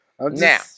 Now